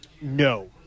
No